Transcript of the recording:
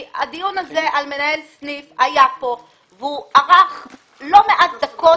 הדיון הזה על מנהל סניף היה כאן והוא ארך לא מעט דקות,